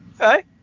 Okay